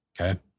Okay